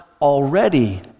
already